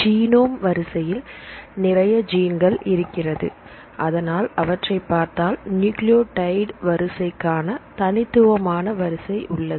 genome வரிசையில் நிறைய ஜீன்கள் இருக்கிறது அதனால் அவற்றைப் பார்த்தால் நியூக்ளியோடைடு வரிசை காண தனித்துவமான வரிசை உள்ளது